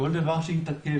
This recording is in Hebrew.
כל דבר שיתעכב,